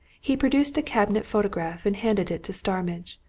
he produced a cabinet photograph and handed it to starmidge,